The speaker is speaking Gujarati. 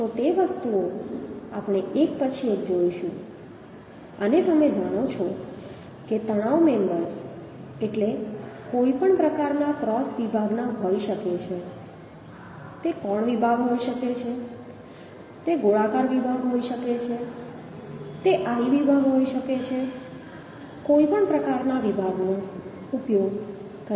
તો તે વસ્તુઓ આપણે એક પછી એક જોઈશું અને તમે જાણો છો કે તણાવ મેમ્બર્સ એટલે કોઈપણ પ્રકારના ક્રોસ વિભાગના હોઈ શકે છે તે કોણ વિભાગ હોઈ શકે છે તે ગોળાકાર વિભાગ હોઈ શકે છે તે I વિભાગ હોઈ શકે છે કોઈપણ પ્રકારના વિભાગનો ઉપયોગ કરી શકાય છે